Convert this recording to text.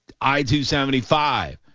I-275